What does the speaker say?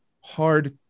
hard